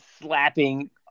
slapping